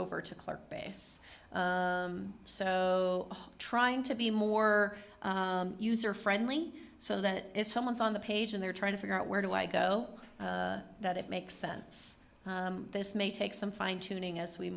over to clerk base so trying to be more user friendly so that if someone's on the page and they're trying to figure out where do i go that it makes sense this may take some fine tuning as we